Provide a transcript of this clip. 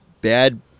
bad